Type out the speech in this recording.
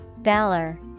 Valor